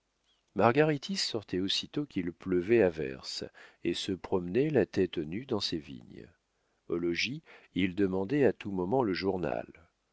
margaritis sortait aussitôt qu'il pleuvait à verse et se promenait la tête nue dans ses vignes au logis il demandait à tout moment le journal